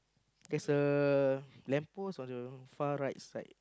there's a lamp post on the far right side